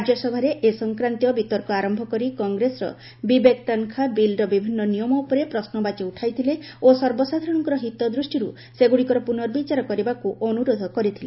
ରାଜ୍ୟସଭାରେ ଏ ସଂକ୍ରାନ୍ତୀୟ ବିତର୍କ ଆରମ୍ଭ କରି କଂଗ୍ରେସର ବିବେକ ତନ୍ଖା ବିଲ୍ର ବିଭିନ୍ନ ନିୟମ ଉପରେ ପ୍ରଶ୍ରବାଚୀ ଉଠାଇଥିଲେ ଓ ସର୍ବସାଧାରଣଙ୍କ ହିତ ଦୃଷ୍ଟିରୁ ସେଗୁଡ଼ିକର ପୁନର୍ବଚାର କରିବାକୁ ଅନୁରୋଧ କରିଥିଲେ